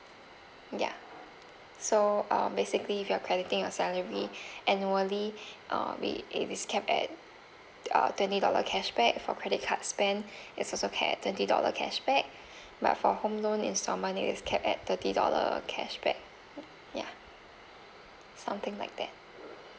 ya so uh basically if you're crediting your salary annually uh we it is capped at uh twenty dollar cashback for credit card spend it's also capped at twenty dollar cashback but for home loan it's on monthly it is capped at thirty dollar cashback ya something like that